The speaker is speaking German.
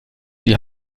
die